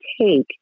take